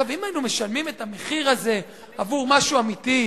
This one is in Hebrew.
אם היינו משלמים את המחיר הזה עבור משהו אמיתי,